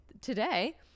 today